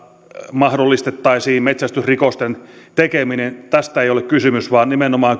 mahdollistettaisiin metsästysrikosten tekeminen tästä ei ole kysymys vaan kysymys on nimenomaan